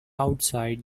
outside